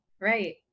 Right